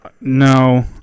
No